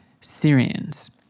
Syrians